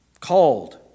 Called